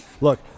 Look